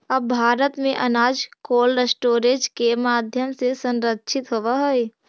अब भारत में अनाज कोल्डस्टोरेज के माध्यम से संरक्षित होवऽ हइ